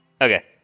Okay